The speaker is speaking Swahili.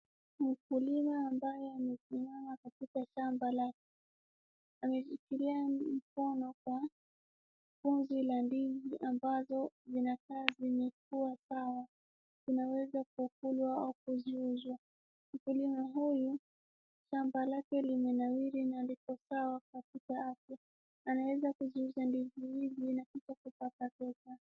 Mkulima ambaye amesimama katika shamba lake. Ameshikilia mkono kwa kundi la ndizi ambazo zinakaa zimekuwa sawa. Zinaweza kukulwa ama kuziuza , mkulima huyu shamba lake limenawiri na liko sawa katika afya , anaenda kuliunza ndizi hili na kisha kupata pesa.